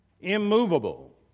Immovable